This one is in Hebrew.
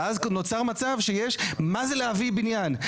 ואז נוצר מצב שיש מה זה להביא בניין?